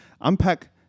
unpack